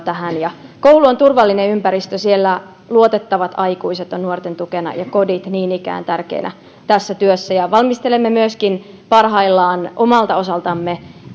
tähän koulu on turvallinen ympäristö siellä luotettavat aikuiset ovat nuorten tukena ja kodit niin ikään ovat tärkeitä tässä työssä myöskin valmistelemme parhaillaan omalta osaltamme